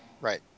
Right